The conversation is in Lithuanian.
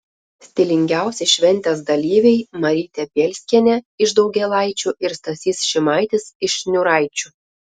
stilingiausi šventės dalyviai marytė bielskienė iš daugėlaičių ir stasys šimaitis iš šniūraičių